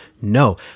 no